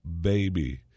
baby